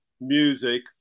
music